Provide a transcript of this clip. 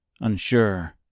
Unsure